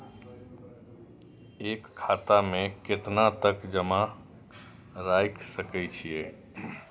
एक खाता में केतना तक जमा राईख सके छिए?